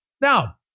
Now